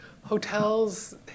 Hotels